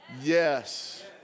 Yes